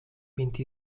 vint